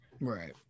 Right